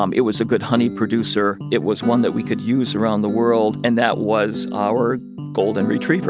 um it was a good honey producer. it was one that we could use around the world, and that was our golden retriever